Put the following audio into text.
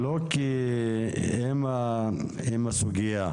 לא כי הם הסוגיה.